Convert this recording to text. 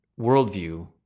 worldview